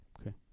Okay